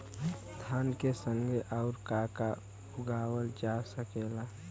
धान के संगे आऊर का का उगावल जा सकेला?